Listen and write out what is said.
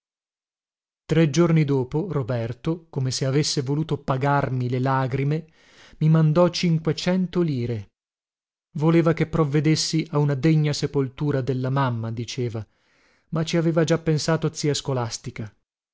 tre giorni dopo roberto come se avesse voluto pagarmi le lagrime mi mandò cinquecento lire voleva che provvedessi a una degna sepoltura della mamma diceva ma ci aveva già pensato zia scolastica